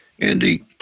Andy